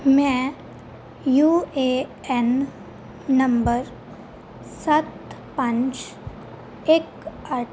ਮੈਂ U A N number ਸੱਤ ਪੰਜ ਇੱਕ ਅੱਠ